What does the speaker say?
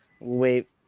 Wait